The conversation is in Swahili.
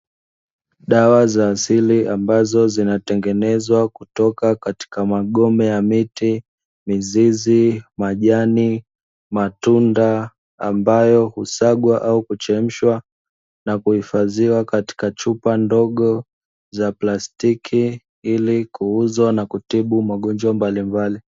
Dawa za asili ambazo zinatengenezwa kutoka katika magome ya: miti, mizizi, majani na matunda; ambayo husagwa au kuchemshwa na kuhifadhia katika chupa ndogo za plastiki, ili kuuza na kutibu magonjwa mbalimbali.